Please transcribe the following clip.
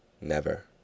Never